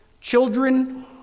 children